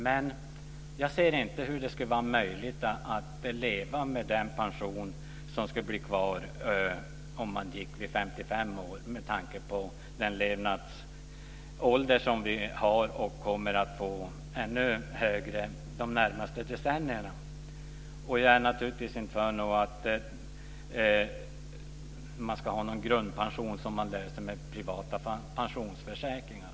Men jag ser inte hur det skulle vara möjligt att leva med den pension som skulle bli kvar om man gick vid 55 år, med tanke på den höga levnadsålder som vi har och som kommer att bli ännu högre de närmaste decennierna. Jag är naturligtvis inte för att man ska ha en grundpension som man löser med privata pensionsförsäkringar.